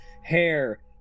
hair